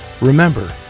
Remember